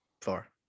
four